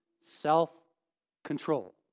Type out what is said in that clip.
self-control